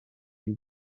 you